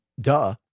duh